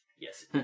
Yes